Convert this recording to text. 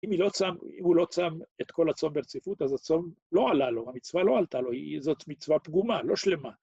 ‫אם הוא לא צם את כל הצום ברציפות, ‫אז הצום לא עלה לו, ‫המצווה לא עלתה לו, ‫זאת מצווה פגומה, לא שלמה.